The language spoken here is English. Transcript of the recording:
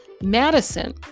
Madison